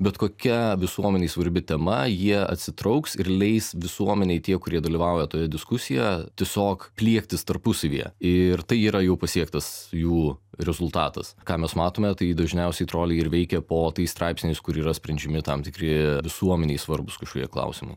bet kokia visuomenei svarbi tema jie atsitrauks ir leis visuomenei tie kurie dalyvauja toje diskusijoje tiesiog pliektis tarpusavyje ir tai yra jau pasiektas jų rezultatas ką mes matome tai dažniausiai troliai ir veikia po tais straipsniais kur yra sprendžiami tam tikri visuomenei svarbūs kažkokie klausimai